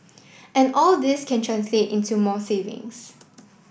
and all this can translate into more savings